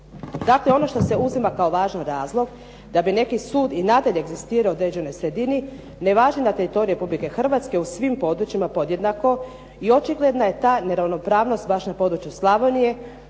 Dakle, ono što se uzima kao važan razlog da bi neki sud i nadalje egzistirao u određenoj sredini, ne važi na teritorij Republike Hrvatske u svim područjima podjednako i očigledna je ta neravnopravnost baš na području Slavonije